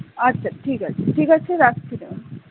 আচ্ছা ঠিক আছে ঠিক আছে রাখছি তাহলে